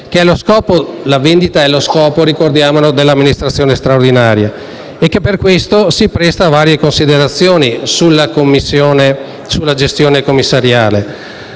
- è lo scopo dell'amministrazione straordinaria, e che per questo si presta a varie considerazioni sulla gestione commissariale.